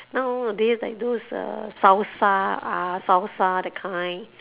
nowadays like those salsa ah salsa that kind